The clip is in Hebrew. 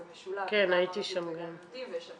זה משולב גם לערבים וגם ליהודים ויש להם